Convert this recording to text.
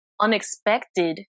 unexpected